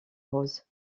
rose